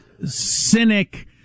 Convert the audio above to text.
cynic